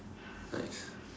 nice